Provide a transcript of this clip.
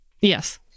Yes